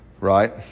Right